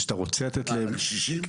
קשישים?